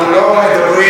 אנחנו לא מדברים,